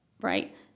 right